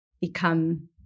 become